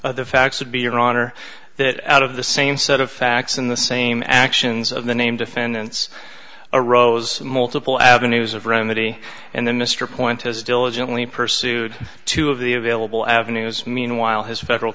towing the facts would be your honor that out of the same set of facts in the same actions of the name defendants arose multiple avenues of remedy and then mr pointis diligently pursued two of the available avenues meanwhile his federal